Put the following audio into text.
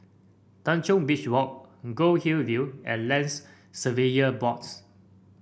Tanjong Beach Walk Goldhill View and Lands Surveyor Boards